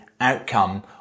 outcome